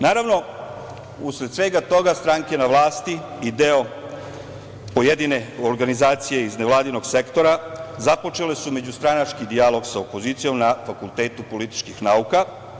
Naravno, usled svega toga, stranke na vlasti i deo pojedine organizacije iz nevladinog sektora započele su međustranački dijalog sa opozicijom na Fakultetu političkih nauka.